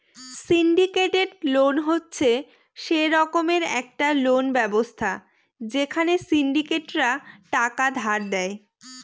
syndicated loan হচ্ছে সে রকমের একটা লোন ব্যবস্থা যেখানে সিন্ডিকেটরা টাকা ধার দেয়